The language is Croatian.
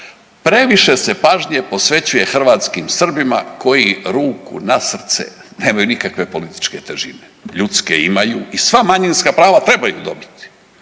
previše se pažnje posvećuje hrvatskim Srbima koji ruku na srce nemaju nikakve političke težine. Ljudske imaju i sva manjinska prava trebaju dobiti,